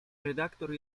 redaktor